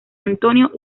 antonio